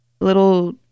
little